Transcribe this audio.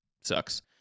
Sucks